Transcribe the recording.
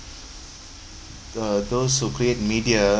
uh those who create media